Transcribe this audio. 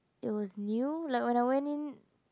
it was new like when I went in